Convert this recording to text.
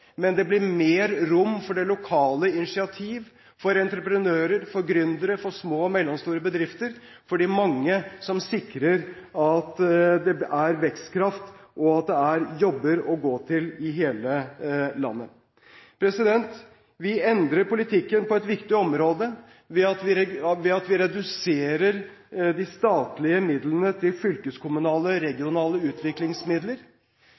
men det blir mer rom for det lokale initiativ for entreprenører, for gründere, for små og mellomstore bedrifter, for de mange som sikrer at det er vekstkraft og jobber å gå til i hele landet. Vi endrer politikken på et viktig område ved at vi reduserer de statlige midlene til fylkeskommunale/